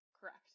Correct